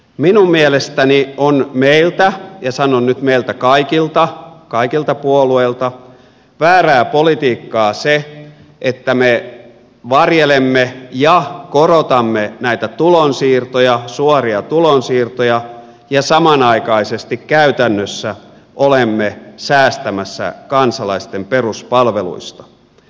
minun mielestäni on meiltä ja sanon nyt meiltä kaikilta kaikilta puolueilta väärää politiikkaa se että me varjelemme ja korotamme näitä tulonsiirtoja suoria tulonsiirtoja ja samanaikaisesti käytännössä olemme säästämässä kansalaisten peruspalveluista